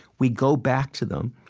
we go back to them,